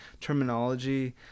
terminology